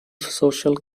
social